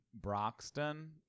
Broxton